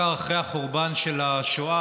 בעיקר אחרי החורבן של השואה,